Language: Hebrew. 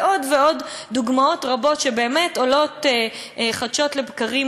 ועוד ועוד דוגמאות רבות שבאמת עולות חדשות לבקרים